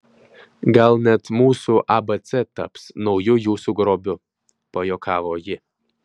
gal net mūsų abc taps nauju jūsų grobiu pajuokavo ji